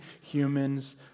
human's